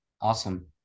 Awesome